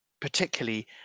particularly